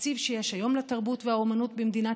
התקציב שיש היום לתרבות והאומנות במדינת